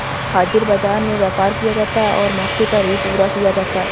हाजिर बाजार में व्यापार किया जाता है और मौके पर ही पूरा किया जाता है